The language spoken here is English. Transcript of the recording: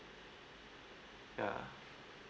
ya